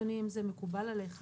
אם זה מקובל עליך,